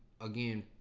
again